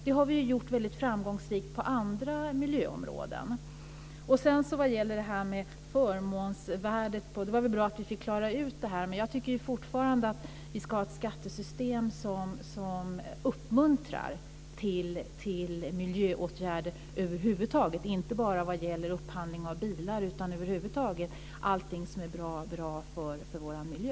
Det har vi gjort väldigt framgångsrikt på andra miljöområden. Det var bra att vi fick klarat ut vad som gäller för förmånsvärdet. Jag tycker fortfarande att vi ska ha ett skattesystem som uppmuntrar till miljöåtgärder över huvud taget och inte bara vad gäller upphandling av bilar. Det ska gälla allting som är bra för vår miljö.